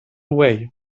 way